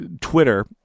Twitter